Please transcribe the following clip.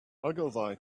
ogilvy